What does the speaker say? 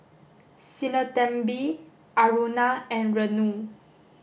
Sinnathamby Aruna and Renu